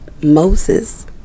Moses